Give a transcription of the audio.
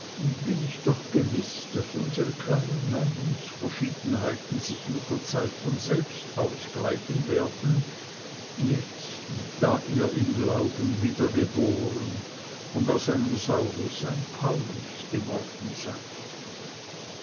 bin ich doch gewiß daß unsere kleinen meinungsverschiedenheiten sich mit der zeit von selbst ausgleichen werden jetzt da ihr im glauben wiedergeboren und aus einem saulus ein paulus geworden seid